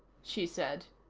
she said.